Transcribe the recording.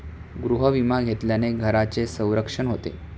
गृहविमा घेतल्याने घराचे संरक्षण होते